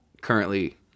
currently –